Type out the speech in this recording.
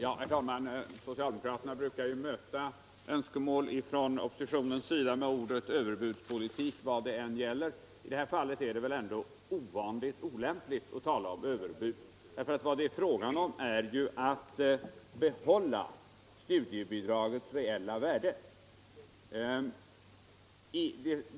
Herr talman! Socialdemokraterna brukar möta önskemål från oppositionens sida med ordet överbudspolitik i vad det än gäller. I det här fallet är det ovanligt olämpligt att tala om överbud. Vad det är fråga om är ju att behålla studiebidragets reella värde.